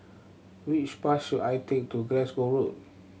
which bus should I take to Glasgow Road